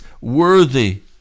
worthy